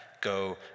go